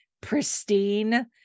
pristine